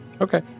Okay